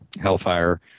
hellfire